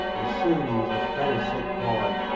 and soon he was a very sick boy.